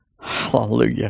Hallelujah